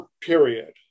period